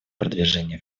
продвижения